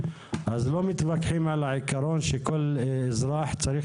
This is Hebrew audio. אז אין ויכוח על העיקרון שכל אזרח צריך